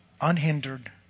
unhindered